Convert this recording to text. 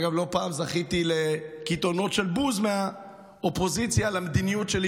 ואגב לא פעם זכיתי לקיתונות של בוז מהאופוזיציה על המדיניות שלי,